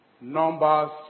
Numbers